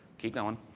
keep going.